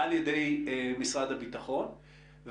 על ידי משרד הביטחון.